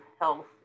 health